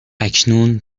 اکنون